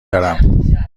دارم